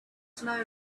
slowly